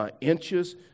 Inches